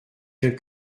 dans